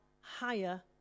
higher